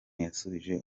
yasubije